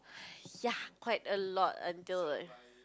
ya quite a lot until I